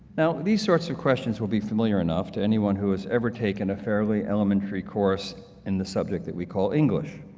now these sorts of questions will be familiar enough to anyone who has ever taken a fairly elementary course in the subject that we call english.